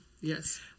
Yes